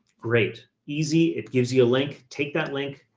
great, easy. it gives you a link. take that link,